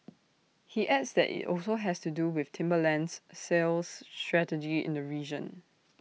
he adds that IT also has to do with Timberland's sales strategy in the region